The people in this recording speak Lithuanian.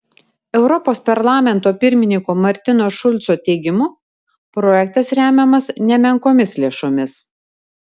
europos parlamento pirmininko martino šulco teigimu projektas remiamas nemenkomis lėšomis